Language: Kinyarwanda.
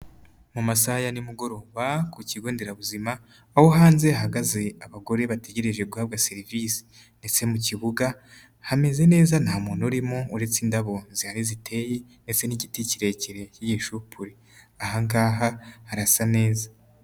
Mu masaha ya nimugoroba ku kigo nderabuzima aho hanze hahagaze abagore bategereje guhabwa service ndetse mu kibuga hameze neza nta muntu urimo uretse indabo zihari ziteye ndetse n'igiti kirekire cy'igishupuri aha ngaha harasa neza.